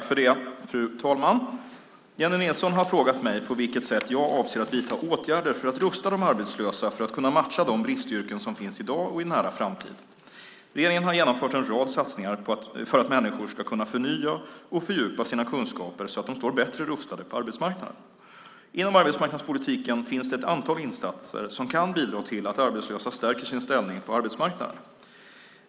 Fru talman! Jennie Nilsson har frågat mig på vilket sätt jag avser att vidta åtgärder för att rusta de arbetslösa för att kunna matcha de bristyrken som finns i dag och i nära framtid. Regeringen har genomfört en rad satsningar för att människor ska kunna förnya och fördjupa sina kunskaper så att de står bättre rustade på arbetsmarknaden. Inom arbetsmarknadspolitiken finns det ett antal insatser som kan bidra till att arbetslösa stärker sin ställning på arbetsmarknaden.